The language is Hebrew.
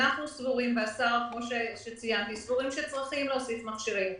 השר ואנחנו סבורים שצריכים להוסיף מכשירים.